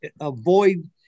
avoid